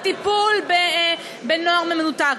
הטיפול בנוער מנותק,